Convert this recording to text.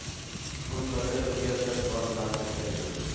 हम कते रुपया तक लोन ला सके हिये?